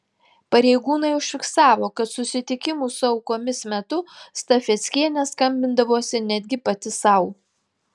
pareigūnai užfiksavo kad susitikimų su aukomis metu stafeckienė skambindavosi netgi pati sau